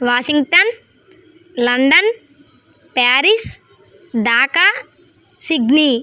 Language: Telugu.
Washington London Paris Dhaka Sydney